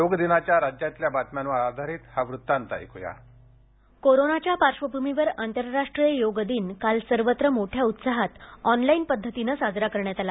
योग दिनाच्या राज्यातील बातम्यांवर आधारित हा वृत्तांत ऐकूया कोरोनाच्या पार्श्वभूमीवर आंतरराष्ट्रीय योग दिन काल राज्यात सर्वत्र मोठ्या उत्साहांत ऑनलाईन पध्दतीनं साजरा करण्यात आला